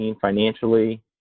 financially